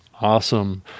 Awesome